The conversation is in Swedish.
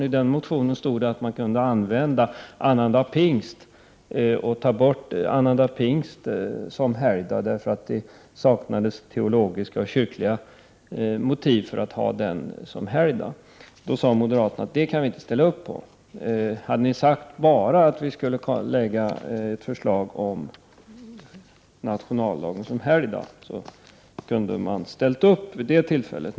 I den motionen föreslogs det att man kunde ta bort annandag pingst som allmän helgdag, då det saknades teologiska och kyrkliga motiv till att ha den dagen som helgdag. Moderaterna sade då att de inte kunde acceptera detta, men om vi enbart hade föreslagit nationaldagen som helgdag så hade man vid det tillfället kunnat ställa sig bakom ett sådant förslag.